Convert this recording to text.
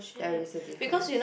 there's a difference